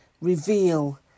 reveal